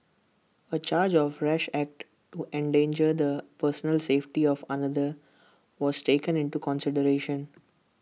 A charge of rash act to endanger the personal safety of another was taken into consideration